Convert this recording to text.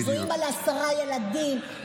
זו אימא לעשרה ילדים,